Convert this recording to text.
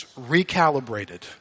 recalibrated